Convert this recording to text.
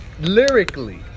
lyrically